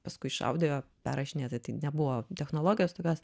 paskui iš audio perrašinėt tai nebuvo technologijos tokios